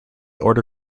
order